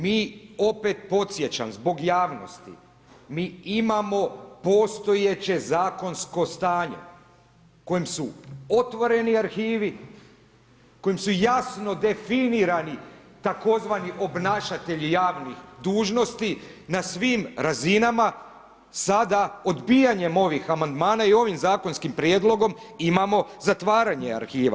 Mi opet podsjećam zbog javnosti mi imamo postojeće zakonsko stanje kojim su otvoreni arhivi, kojim su jasno definirani tzv. obnašatelji javnih dužnosti na svim razinama sada odbijanjem ovih amandmana i ovim zakonskim prijedlogom imamo zatvaranje arhiva.